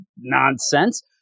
nonsense